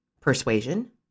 persuasion